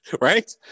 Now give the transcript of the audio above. Right